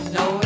no